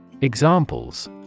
Examples